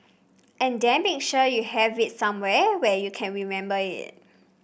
and then make sure you have it somewhere where you can remember it